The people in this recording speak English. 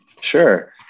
Sure